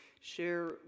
Share